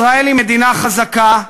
ישראל היא מדינה חזקה,